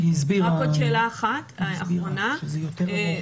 היא הסבירה, שזה יותר עמוק.